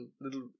little